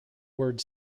word